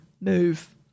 move